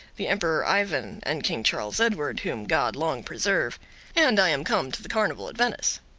the emperor ivan, and king charles edward, whom god long preserve and i am come to the carnival at venice.